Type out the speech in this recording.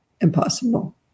impossible